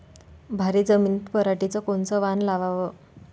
भारी जमिनीत पराटीचं कोनचं वान लावाव?